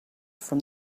from